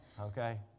okay